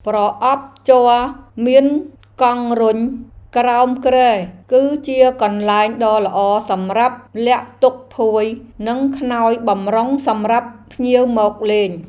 ប្រអប់ជ័រមានកង់រុញក្រោមគ្រែគឺជាកន្លែងដ៏ល្អសម្រាប់លាក់ទុកភួយនិងខ្នើយបម្រុងសម្រាប់ភ្ញៀវមកលេង។